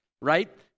right